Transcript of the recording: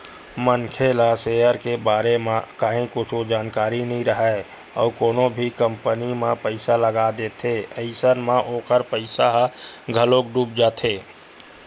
मनखे ला सेयर के बारे म काहि कुछु जानकारी नइ राहय अउ कोनो भी कंपनी म पइसा लगा देथे अइसन म ओखर पइसा ह घलोक डूब जाथे